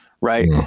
Right